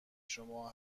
شما